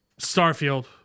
Starfield